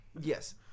Yes